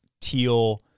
teal